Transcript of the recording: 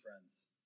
friends